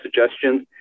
suggestions